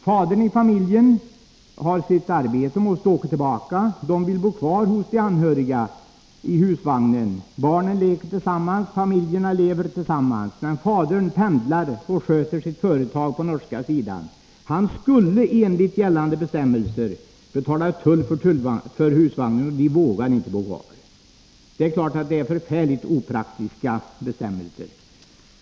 Fadern i familjen har sitt arbete på den norska sidan och måste åka tillbaka. Familjen vill bo kvar i husvagnen i närheten av de anhöriga. Familjerna lever tillsammans, och deras barn leker tillsammans, men fadern pendlar och sköter sitt företag på den norska sidan. Han skulle enligt gällande bestämmelser betala tull för husvagnen, och familjen vågar därför inte bo kvar. Det är klart att bestämmelserna är förfärligt opraktiska.